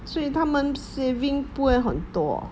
所以他们 saving 不会很多